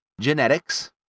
genetics